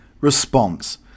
response